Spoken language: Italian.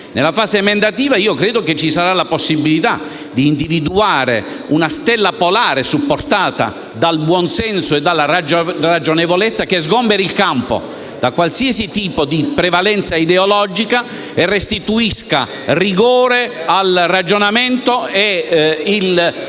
Nella fase emendativa credo ci sarà la possibilità di individuare una stella polare, supportata dal buon senso e dalla ragionevolezza, che sgomberi il campo da qualsiasi tipo di prevalenza ideologica, restituisca rigore al ragionamento e consenta